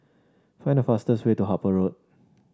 find the fastest way to Harper Road